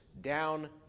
down